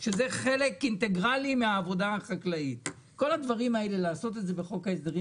אבל לעשות את כל הדברים האלה בחוק ההסדרים